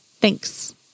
Thanks